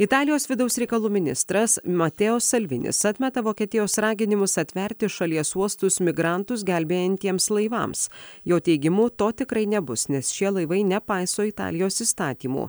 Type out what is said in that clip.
italijos vidaus reikalų ministras matėo salvinis atmeta vokietijos raginimus atverti šalies uostus migrantus gelbėjantiems laivams jo teigimu to tikrai nebus nes šie laivai nepaiso italijos įstatymų